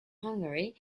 hungary